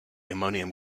ammonium